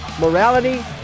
morality